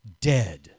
dead